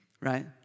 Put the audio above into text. right